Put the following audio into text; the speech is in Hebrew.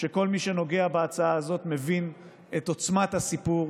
שכל מי שנוגע בהצעה הזאת מבין את עוצמת הסיפור,